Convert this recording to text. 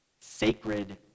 sacred